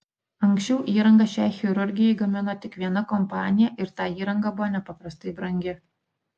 anksčiau įrangą šiai chirurgijai gamino tik viena kompanija ir ta įranga buvo nepaprastai brangi